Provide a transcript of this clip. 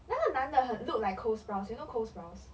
那个男的很 look like cole sprouse you know cole sprouse